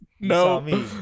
No